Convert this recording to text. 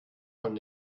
von